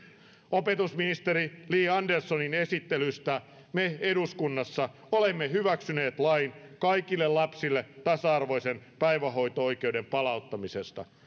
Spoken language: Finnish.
opetusministeri li anderssonin esittelystä me eduskunnassa olemme hyväksyneet lain kaikille lapsille tasa arvoisen päivähoito oikeuden palauttamisesta